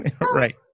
Right